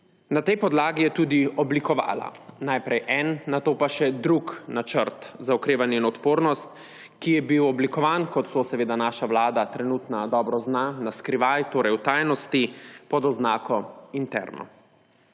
Na tej podlagi je tudi oblikovala najprej en, nato pa še drugi Načrt za okrevanje in odpornost, ki je bil oblikovan, kot to seveda naša vlada trenutna dobro zna, na skrivaj; torej v tajnosti pod oznako interno.